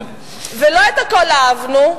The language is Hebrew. לא את הכול אהבנו,